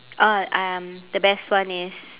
oh um the best one is